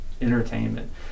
entertainment